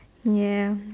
ya